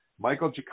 Michael